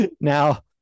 Now